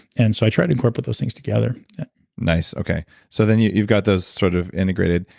and so i try to incorporate those things together nice, okay. so then you've you've got those sort of integrated,